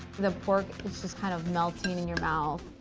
the pork is just kind of melting in your mouth.